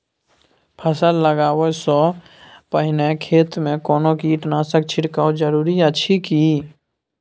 फसल लगबै से पहिने खेत मे कोनो कीटनासक छिरकाव जरूरी अछि की?